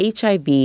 HIV